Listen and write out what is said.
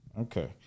Okay